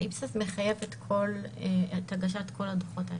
האיפסה מחייבת הגשת כל הדוחות האלה.